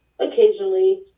Occasionally